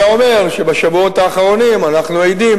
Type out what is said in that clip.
היה אומר שבשבועות האחרונים אנחנו עדים